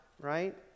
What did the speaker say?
right